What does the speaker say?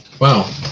Wow